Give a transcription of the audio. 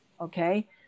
okay